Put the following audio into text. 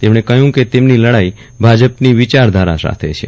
તેમણે કહ્યું કે તેમની લડાઇ ભાજપની વિચારધારા સાથે છે